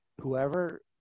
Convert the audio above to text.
whoever